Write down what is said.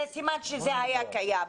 זה סימן שזה היה קיים.